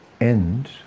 end